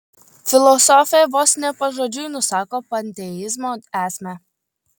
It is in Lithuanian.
filosofė vos ne pažodžiui nusako panteizmo esmę